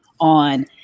on